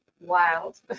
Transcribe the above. wild